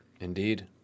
Indeed